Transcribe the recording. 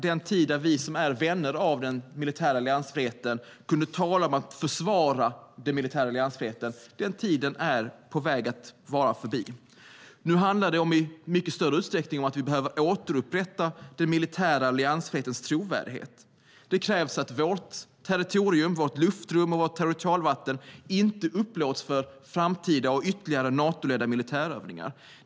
Den tid då vi som är vänner av den militära alliansfriheten kunde tala om att försvara den militära alliansfriheten är snart förbi. Nu handlar det i större utsträckning om att vi behöver återupprätta den militära alliansfrihetens trovärdighet. Det krävs att vårt territorium, vårt luftrum och vårt territorialvatten, inte upplåts för framtida och ytterligare Natoledda militärövningar.